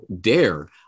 dare